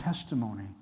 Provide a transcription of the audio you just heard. testimony